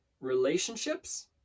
relationships